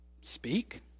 speak